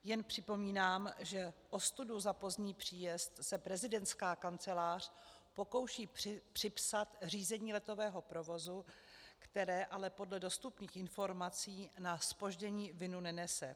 Jen připomínám, že ostudu za pozdní příjezd se prezidentská kancelář pokouší připsat Řízení letového provozu, které ale podle dostupných informací na zpoždění vinu nenese.